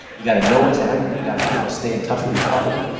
you got to know what's happening. you gotta be able to stay in touch with your company.